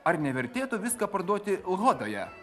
ar nevertėtų viską parduoti hodoje